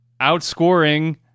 outscoring